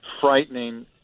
frightening